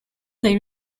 they